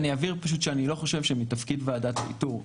אני אבהיר פשוט שאני לא חושב שמתפקיד ועדת האיתור,